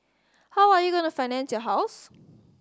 how are you going to finance your house